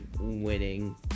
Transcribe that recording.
winning